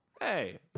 hey